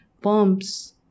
bombs